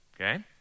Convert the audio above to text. Okay